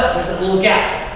little gap.